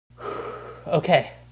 Okay